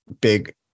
big